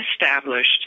established